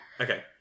Okay